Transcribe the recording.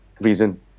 reason